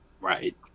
right